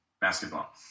Basketball